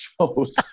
shows